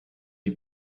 die